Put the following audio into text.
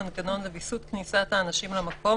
מנגנון לוויסות כניסת האנשים למקום,